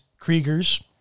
Kriegers